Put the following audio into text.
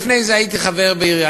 לפני זה הייתי חבר עירייה,